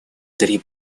три